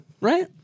Right